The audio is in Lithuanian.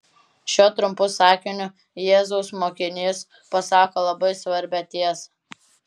šiuo trumpu sakiniu jėzaus mokinys pasako labai svarbią tiesą